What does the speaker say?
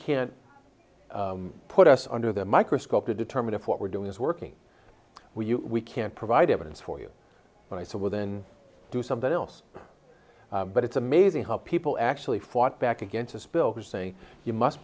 can't put us under the microscope to determine if what we're doing is working we can't provide evidence for you when i say within do something else but it's amazing how people actually fought back against